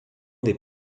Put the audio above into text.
des